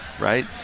Right